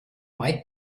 might